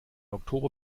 oktober